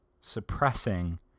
suppressing